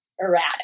erratic